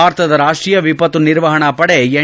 ಭಾರತದ ರಾಷ್ಷೀಯ ವಿಪತ್ತು ನಿರ್ವಹಣಾ ಪಡೆ ಎನ್